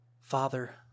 Father